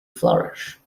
flourish